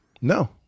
No